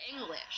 English